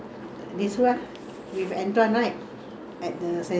at the saint mu~ rosetown